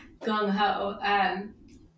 gung-ho